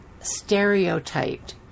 stereotyped